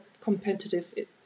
competitive